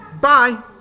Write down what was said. bye